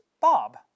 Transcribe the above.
Bob